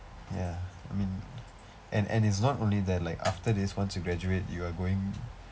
ya I mean and and it's not only that like after this once you graduate you are going